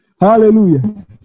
Hallelujah